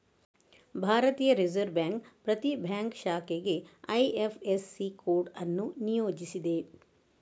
ಭಾರತೀಯ reserve bank ಪ್ರತಿ bank ಶಾಖೆಗೆ ಐ.ಎಫ್.ಎಸ್.ಸಿ ಕೋಡ್ ಅನ್ನು ನಿಯೋಜಿಸಿದೆ